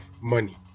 money